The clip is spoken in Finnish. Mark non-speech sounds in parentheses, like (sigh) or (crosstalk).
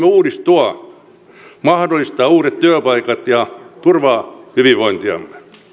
(unintelligible) uudistua mahdollistaa uudet työpaikat ja turvaa hyvinvointiamme